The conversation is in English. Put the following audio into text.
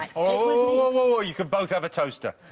like oh you could both have a toaster